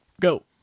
Go